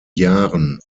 jahren